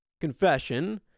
Confession